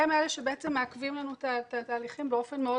והם אלה שמעכבים לנו את התהליכים באופן מאוד